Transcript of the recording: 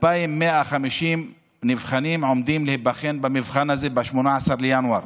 2,150 נבחנים עומדים להיבחן במבחן הזה ב-18 בינואר.